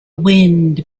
wind